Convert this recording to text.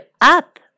up